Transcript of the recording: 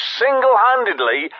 single-handedly